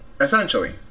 Essentially